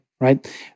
right